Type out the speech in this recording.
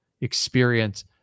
experience